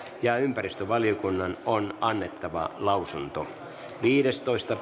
ja ympäristövaliokunnan on annettava lausunto viimeistään viidestoista